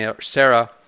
Sarah